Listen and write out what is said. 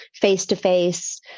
face-to-face